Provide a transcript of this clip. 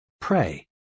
Pray